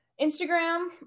instagram